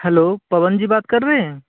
hello Pawan ji बात कर रहे हैं